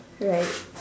it's alright